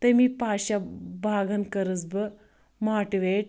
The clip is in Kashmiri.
تمی پادشاہ باغَن کٔرٕس بہٕ ماٹِویٹ